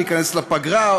ניכנס לפגרה,